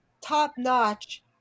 top-notch